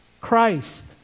Christ